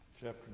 chapter